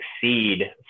succeed